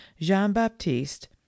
Jean-Baptiste